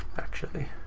actually,